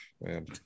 man